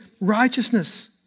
righteousness